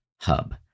Hub